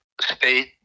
state